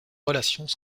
relations